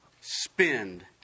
spend